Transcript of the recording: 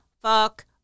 fuck